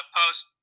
post